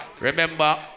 Remember